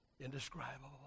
indescribable